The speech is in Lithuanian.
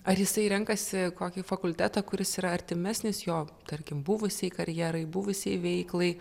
ar jisai renkasi kokį fakultetą kuris yra artimesnis jo tarkim buvusiai karjerai buvusiai veiklai